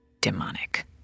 demonic